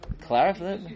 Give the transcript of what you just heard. Clarify